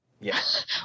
Yes